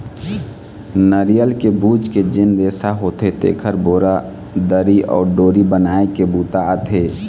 नरियर के बूच के जेन रेसा होथे तेखर बोरा, दरी अउ डोरी बनाए के बूता आथे